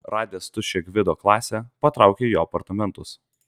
radęs tuščią gvido klasę patraukė į jo apartamentus